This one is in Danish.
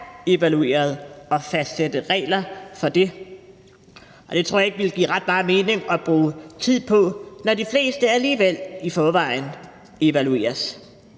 evalueret, og fastsætte regler for det, og det tror jeg ikke det ville give ret meget mening at bruge tid på, når de fleste alligevel i forvejen evalueres.